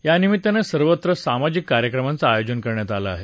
या निमित्तानं सर्वत्र विविध कार्यक्रमांच आयोजन करण्यात आलं आहे